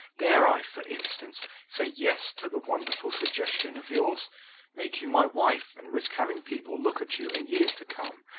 dare i, for instance, say yes to the wonderful suggestion of yours make you my wife and risk having people look at you in years to come,